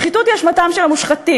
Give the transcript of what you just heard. שחיתות היא אשמתם של המושחתים,